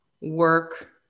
work